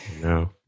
no